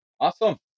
Awesome